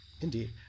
Indeed